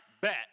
bet